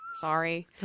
Sorry